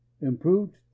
Improved